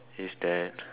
is that